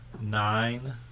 nine